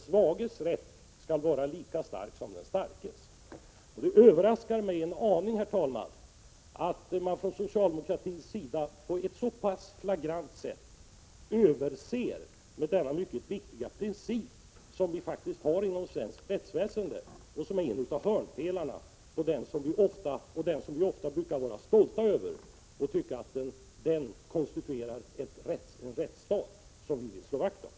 Den svages rätt skall vara lika 13 maj 1987 hållfast som den starkes. Det överraskar mig en aning, herr talman, att man på socialdemokratiskt håll på ett så flagrant sätt avviker från en viktig princip, som faktiskt är en av hörnpelarna inom svenskt rättsväsende och som vi ofta känner stolthet över. Vi brukar tycka att den konstituerar den rättsstat som vi vill slå vakt om.